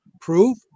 prove